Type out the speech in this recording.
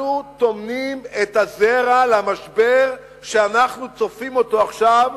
אנחנו טומנים את הזרע למשבר שאנחנו צופים אותו עכשיו.